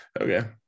okay